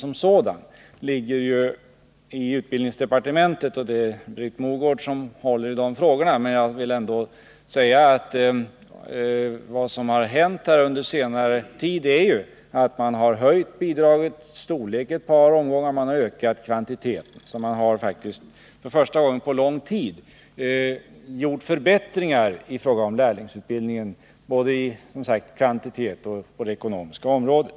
Frågan som sådan ligger under utbildningsdepartementet, och det är således Britt Mogård som ansvarar för den, men jag vill ändå peka på att man under senare år har ökat bidragets storlek i ett par omgångar och att även kvantiteten har ökats. För första gången på lång tid har det alltså skett förbättringar i fråga om lärlingsutbildningen, och förbättringarna har som sagt skett i både kvantitativt och ekonomiskt avseende.